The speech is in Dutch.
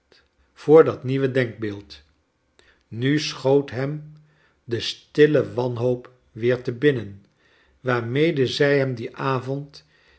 dat nieuwe denkbeeld nu schoot hem de stille wanhoop weer te binnen waarmede zij hem dien avond